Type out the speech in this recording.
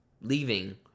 leaving